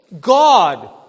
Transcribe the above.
God